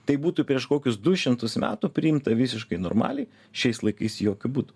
tai būtų prieš kokius du šimtus metų priimta visiškai normaliai šiais laikais jokiu būdu